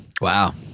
Wow